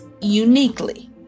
uniquely